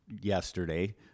yesterday